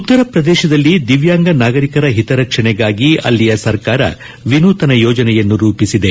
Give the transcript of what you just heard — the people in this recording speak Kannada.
ಉತ್ತರ ಪ್ರದೇಶದಲ್ಲಿ ದಿವ್ಯಾಂಗ ನಾಗರಿಕರ ಹಿತರಕ್ಷಣೆಗಾಗಿ ಅಲ್ಲಿಯ ಸರ್ಕಾರ ವಿನೂತನ ಯೋಜನೆಯನ್ನು ರೂಪಿಸಿದೆ